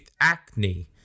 acne